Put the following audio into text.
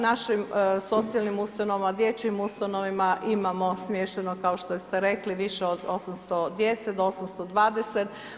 Našim socijalnim ustanovama, dječjim ustanovama imamo smješteno kao što ste rekli više od 800 djece, do 820.